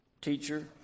teacher